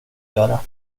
göra